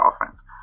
offense